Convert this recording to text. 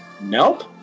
Nope